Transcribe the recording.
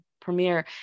premiere